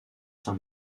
saint